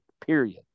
period